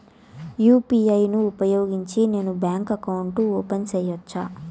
UPI ను ఉపయోగించి నేను బ్యాంకు అకౌంట్ ఓపెన్ సేయొచ్చా?